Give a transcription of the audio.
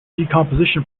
decomposition